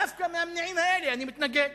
דווקא מהמניעים האלה אני מתנגד.